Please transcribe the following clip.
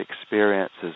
experiences